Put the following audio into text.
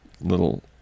little